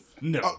No